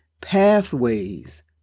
pathways